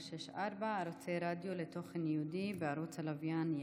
ערוצי רדיו לתוכן יהודי בערוצי הלוויין יס.